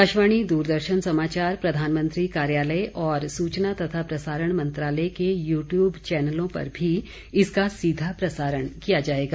आकाशवाणी द्रदर्शन समाचार प्रधानमंत्री कार्यालय और सूचना तथा प्रसारण मंत्रालय के यू ट्यूब चैनलों पर भी इसका सीधा प्रसारण किया जाएगा